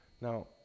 Now